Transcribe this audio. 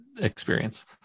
experience